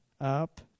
up